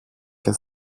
και